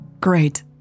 Great